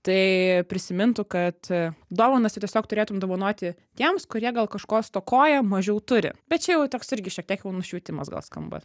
tai prisimintų kad dovanas tu tiesiog turėtum dovanoti tiems kurie gal kažko stokoja mažiau turi bet čia jau toks irgi šiek tiek jau nušvitimas gal skamba